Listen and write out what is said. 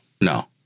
no